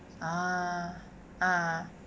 uh uh